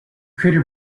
crater